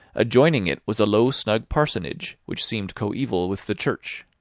adjoining it was a low snug parsonage, which seemed coeval with the church.